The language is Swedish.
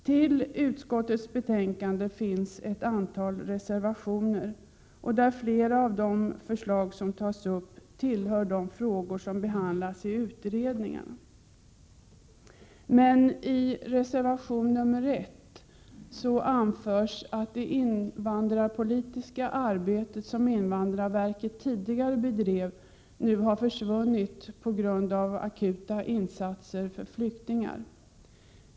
Till utskottets betänkande har fogats ett antal reservationer, där flera av de förslag som behandlas i utredningarna tas upp. I reservation 1 anförs att det invandrarpolitiska arbete som invandrarverket tidigare bedrev nu har försvunnit på grund av akuta insatser för flyktingar.